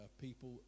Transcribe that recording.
people